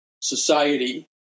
society